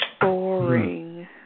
Boring